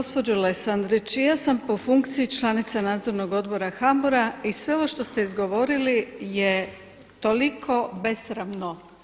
Gospođo Lesandrić i ja sam po funkciji članica Nadzornog odbora HBOR-a i sve ovo što ste izgovorili je toliko besramno.